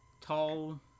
tall